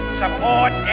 support